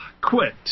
quit